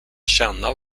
känna